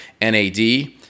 NAD